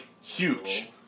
huge